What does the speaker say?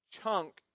chunk